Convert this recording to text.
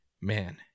man